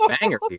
banger